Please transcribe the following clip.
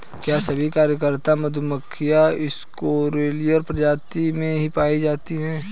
क्या सभी कार्यकर्ता मधुमक्खियां यूकोसियल प्रजाति में ही पाई जाती हैं?